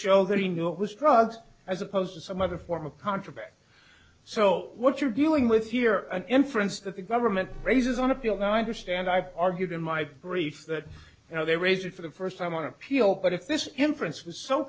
show that he knew it was drugs as opposed to some other form of contraband so what you're dealing with here an inference that the government raises on appeal no i understand i've argued in my brief that you know they raised for the first time on appeal but if this inference was so